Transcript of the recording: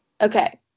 Okay